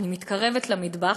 אני מתקרבת למטבח,